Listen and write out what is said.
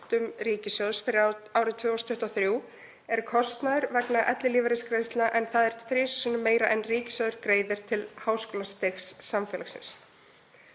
ríkissjóðs fyrir árið 2023 er kostnaður vegna ellilífeyrisgreiðslna, en það er þrisvar sinnum meira en ríkissjóður greiðir til háskólastigs samfélagsins.